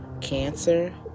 cancer